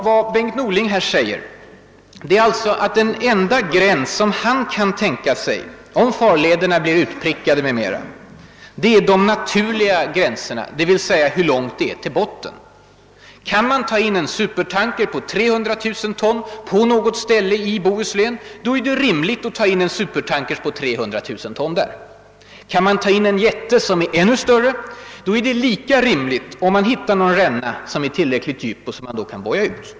Vad Bengt Norling här säger är alltså att den enda gräns han kan tänka sig, om farlederna blir utprickade m.m., är den naturliga gränsen, d. v. s. hur långt det är till botten. Kan man ta in en supertanker på 300 000 ton på något ställe i Bohuslän så är det rimligt att ta in en supertanker på 300 000 ton där. Kan man ta in en jätte, som är ännu större, är det lika rimligt, om man hittar någon ränna som är tillräckligt djup och som man då kan boja ut.